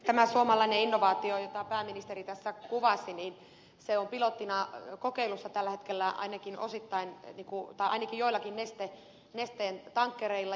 tämä suomalainen innovaatio jota pääministeri tässä kuvasi on pilottina kokeilussa tällä hetkellä ainakin joillakin nesteen tankkereilla